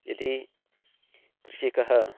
यदि कृषिकः